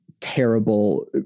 terrible